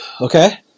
Okay